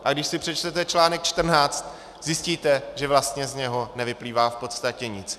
A když si přečtete článek 14, zjistíte, že vlastně z něho nevyplývá v podstatě nic.